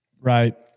Right